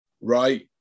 right